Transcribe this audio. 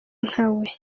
nkawe